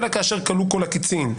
אלא כאשר כלו כל הקיצין.